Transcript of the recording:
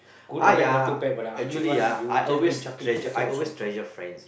I ah actually ah I always treasure I always treasure friends